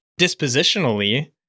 dispositionally